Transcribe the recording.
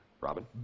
Robin